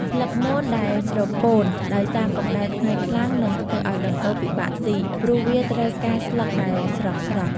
ស្លឹកមនដែលស្រពោនដោយសារកម្ដៅថ្ងៃខ្លាំង នឹងធ្វើឲ្យដង្កូវពិបាកសុី ព្រោះវាត្រូវការស្លឹកដែលស្រស់ៗ។